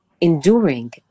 enduring